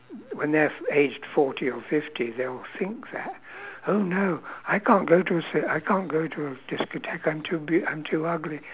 when they have aged forty or fifty they will think that oh no I can't go to a cir~ I can't go a discotheque I'm too be~ I'm too ugly